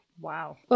Wow